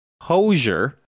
Hosier